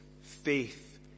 faith